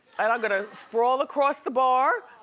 and i'm gonna sprawl across the bar.